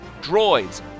Droids